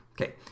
Okay